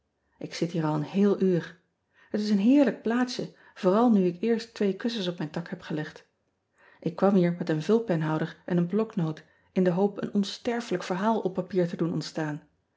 k zit hier al een heel uur et is een heerlijk plaatsje vooral nu ik eerst twee kussens op ean ebster adertje angbeen mijn tak heb gelegd k kwam hier met een vulpenhouder en een blocnote in de hoop een onsterfelijk verhaal op papier te doen ontstaan